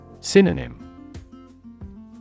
Synonym